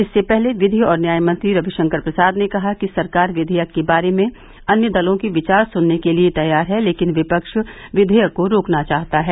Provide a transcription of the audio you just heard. इससे पहले विधि और न्याय मंत्री रविशंकर प्रसाद ने कहा कि सरकार विधेयक के बारे में अन्य दलों के विचार सुनने के लिए तैयार है लेकिन विपक्ष विधेयक को रोकना चाहता है